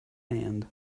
hand